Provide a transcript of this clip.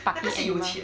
party animal